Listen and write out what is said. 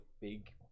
big